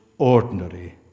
Ordinary